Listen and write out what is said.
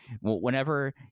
whenever